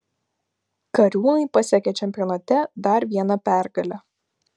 kariūnai pasiekė čempionate dar vieną pergalę